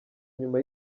nyuma